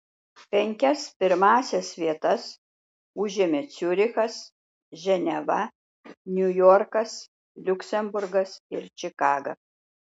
penkias pirmąsias vietas užėmė ciurichas ženeva niujorkas liuksemburgas ir čikaga